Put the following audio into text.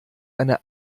eine